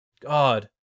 God